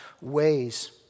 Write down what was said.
ways